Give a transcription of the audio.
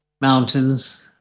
mountains